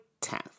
10th